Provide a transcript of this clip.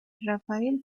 rafael